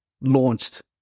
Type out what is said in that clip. launched